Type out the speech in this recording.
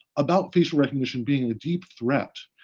about facial recognition being a deep threat.